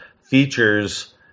features